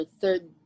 third